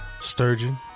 Sturgeon